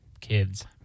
kids